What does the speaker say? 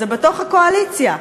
הם בתוך הקואליציה.